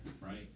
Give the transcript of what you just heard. Right